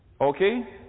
Okay